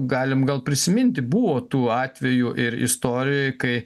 galim gal prisiminti buvo tų atvejų ir istorijoj kai